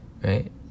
right